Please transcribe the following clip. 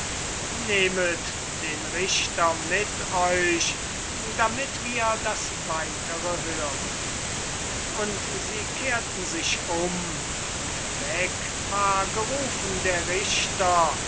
nehmet den richter mit euch damit wir das weitere hören und sie kehrten sich um und weg war gerufen der richter